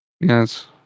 Yes